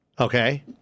Okay